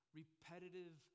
repetitive